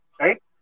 right